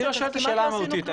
כמעט לא עשינו כלום.